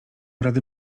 rady